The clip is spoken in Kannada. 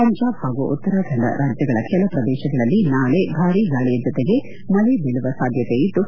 ಪಂಜಾಬ್ ಹಾಗೂ ಉತ್ತರ ಖಂಡ ರಾಜ್ಯಗಳ ಕೆಲ ಪ್ರದೇಶಗಳಲ್ಲಿ ನಾಳೆ ಭಾರೀ ಗಾಳಿ ಜೊತೆಗೆ ಮಳೆ ಬೀಳುವ ಸಾಧ್ಣತೆ ಇದ್ದು